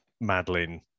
Madeline